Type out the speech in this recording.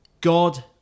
god